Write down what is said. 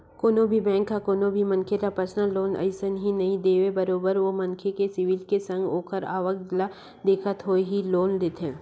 कोनो भी बेंक ह कोनो भी मनखे ल परसनल लोन अइसने ही नइ देवय बरोबर ओ मनखे के सिविल के संग ओखर आवक ल देखत होय ही लोन देथे